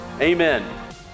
amen